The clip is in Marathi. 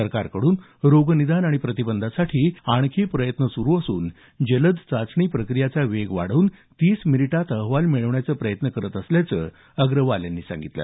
सरकारकडून रोगनिदान आणि प्रतिबंधासाठी आणखी प्रयत्न सुरू असून जलद चाचणी प्रक्रियेचा वेग वाढवून तीस मिनिटात अहवाल मिळवण्याचे प्रयत्न करत असल्याचं अग्रवाल यांनी सांगितलं